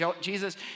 Jesus